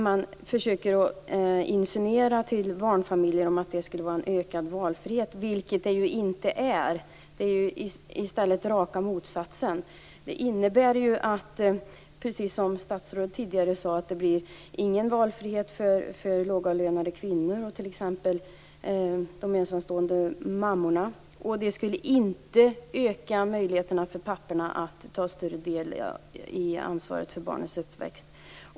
Man insinuerar att det skulle innebära ökad valfrihet för barnfamiljer, vilket det inte är. Det är raka motsatsen. Det innebär ju, precis som statsrådet tidigare sade, att det inte blir någon valfrihet för t.ex. lågavlönade kvinnor och ensamstående mammor. Det ökar inte möjligheterna för papporna att ta en större del av ansvaret för barnens uppväxt.